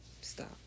Stop